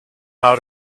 how